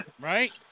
Right